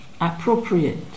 appropriate